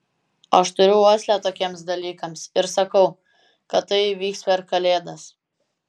aš turiu uoslę tokiems dalykams ir sakau kad tai įvyks per kalėdas